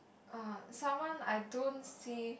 um someone I don't see